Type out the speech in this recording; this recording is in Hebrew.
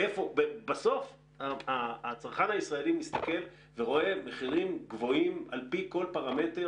בסוף הצרכן הישראלי מסתכל ורואה מחירים גבוהים על פי כל פרמטר,